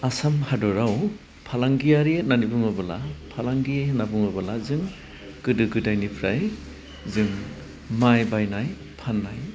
आसाम हादराव फालांगियारि होन्नानै बुङोबोला फालांगि होन्नानै बुङोबोला जों गोदो गोदायनिफ्राय जों माय बायनाय फान्नाय